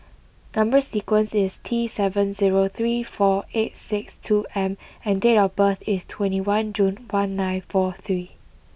number sequence is T seven zero three four eight six two M and date of birth is twenty one June one nine four three